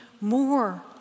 more